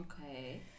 Okay